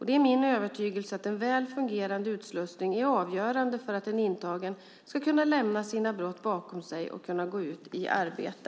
Det är min övertygelse att en väl fungerande utslussning är avgörande för att en intagen ska kunna lämna sina brott bakom sig och kunna gå ut i arbete.